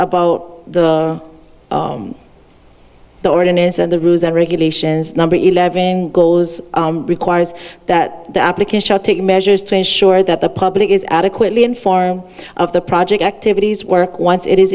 about the the ordinance and the rules and regulations number eleven goes requires that the applicant shall take measures to ensure that the public is adequately informed of the project activities work once it is